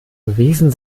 gewesen